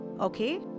okay